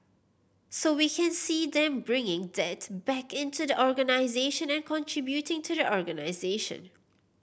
so we can see them bringing that back into the organisation and contributing to the organisation